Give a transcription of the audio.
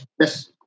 Yes